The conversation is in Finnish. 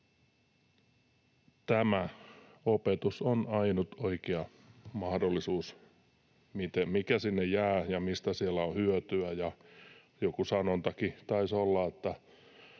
tämä, opetus, on ainut oikea mahdollisuus, mikä sinne jää ja mistä siellä on hyötyä. Joku sanontakin taisi olla,